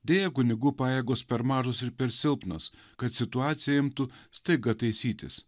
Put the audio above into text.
deja kunigų pajėgos per mažos ir per silpnos kad situacija imtų staiga taisytis